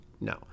No